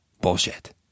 bullshit